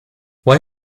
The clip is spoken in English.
why